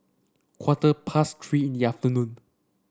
quarter past Three in the afternoon